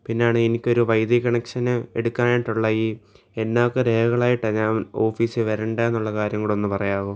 പിന്നെയാണ് എനിക്കൊരു വൈദുതി കണക്ഷൻ എടുക്കാനായിട്ടുള്ളത് ഈ എന്നാൽ ഒക്കെ രേഖകളായിട്ടാണ് ഞാൻ ഓഫീസിൽ വരേണ്ടതെന്നുള്ള കാര്യം കുടെ ഒന്ന് പറയാവോ